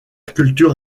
culture